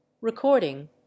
Recording